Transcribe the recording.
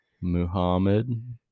Muhammad